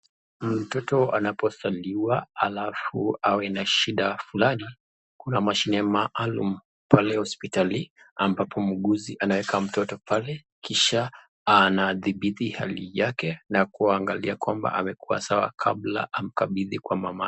Mtoto anapozaliwa halafu awe na shida fulani kuna mashine maalum pale hospitalini ambapo muuguzi anaweka mtoto pale kisha anadhibiti hali yake na kuangalia kwamba amekuwa sawa kabla amkabidhi kwa mamake.